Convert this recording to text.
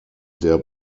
der